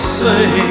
say